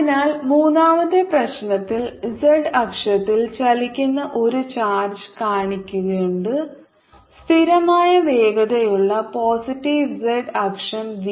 അതിനാൽ മൂന്നാമത്തെ പ്രശ്നത്തിൽ z അക്ഷത്തിൽ ചലിക്കുന്ന ഒരു ചാർജ് കണികയുണ്ട് സ്ഥിരമായ വേഗതയുള്ള പോസിറ്റീവ് z അക്ഷം V